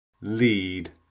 lead